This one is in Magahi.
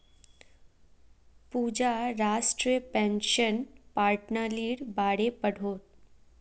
पूजा राष्ट्रीय पेंशन पर्नालिर बारे पढ़ोह